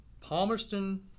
Palmerston